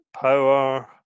power